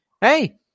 Hey